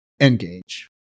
engage